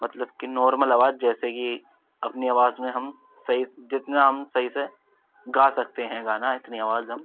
مطلب کہ نارمل آواز جیسے کہ اپنی آواز میں ہم صحیح جتنا ہم صحیح سے گا سکتے ہیں گانا اتنی آواز ہم